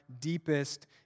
deepest